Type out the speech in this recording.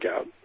out